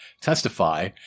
testify